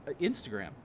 Instagram